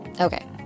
Okay